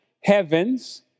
heavens